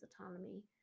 autonomy